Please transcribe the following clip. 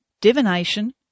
Divination